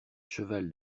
cheval